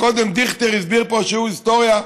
קודם דיכטר הסביר פה, שיעור היסטוריה,